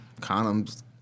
Condoms